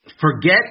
Forget